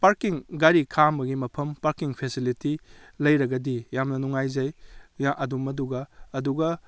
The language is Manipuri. ꯄꯥꯔꯀꯤꯡ ꯒꯥꯔꯤ ꯈꯥꯝꯕꯒꯤ ꯃꯐꯝ ꯄꯥꯔꯀꯤꯡ ꯐꯦꯁꯤꯂꯤꯇꯤ ꯂꯩꯔꯒꯗꯤ ꯌꯥꯝꯅ ꯅꯨꯡꯉꯥꯏꯖꯩ ꯑꯗꯨꯝ ꯃꯗꯨꯒ ꯑꯗꯨꯒ